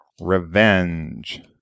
Revenge